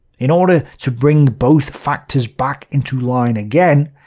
in order to bring both factors back into line again,